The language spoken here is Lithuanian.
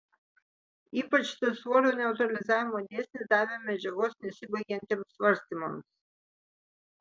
ypač tas svorio neutralizavimo dėsnis davė medžiagos nesibaigiantiems svarstymams